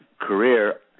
career